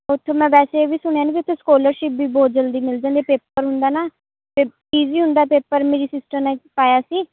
ਉਥੇ ਮੈਂ ਵੈਸੇ ਇਹ ਵੀ ਸੁਣਿਆ ਨਾ ਵੀ ਉੱਥੇ ਸਕੋਲਰਸ਼ਿਪ ਵੀ ਬਹੁਤ ਜਲਦੀ ਮਿਲ ਜਾਂਦੀ ਪੇਪਰ ਹੁੰਦਾ ਨਾ ਅਤੇ ਈਜ਼ੀ ਹੁੰਦਾ ਪੇਪਰ ਮੇਰੀ ਸਿਸਟਰ ਨੇ ਪਾਇਆ ਸੀ